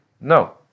no